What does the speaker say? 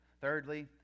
Thirdly